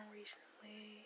recently